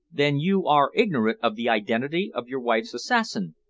then you are ignorant of the identity of your wife's assassin?